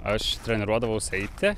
aš treniruodavausi eiti